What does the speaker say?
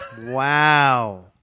Wow